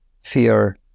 fear